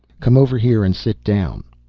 come over here and sit down.